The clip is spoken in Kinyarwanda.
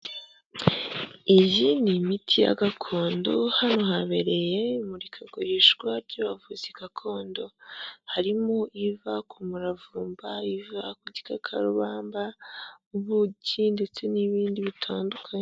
Iyi ni imiti ya gakondo, hano habereye imurikagurishwa ry'abavuzi gakondo. Harimo iva ku muravumba, iva ku gikakarubamba, ubuki, ndetse n'ibindi bitandukanye.